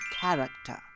character